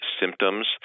symptoms